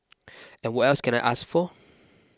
and what else can I ask for